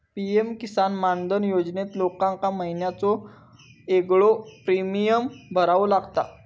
PM Kisan Maandhan योजनेत लोकांका महिन्याचो येगळो प्रीमियम भरावो लागता